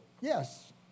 Yes